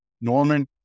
Norman